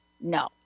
No